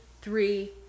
three